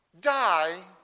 Die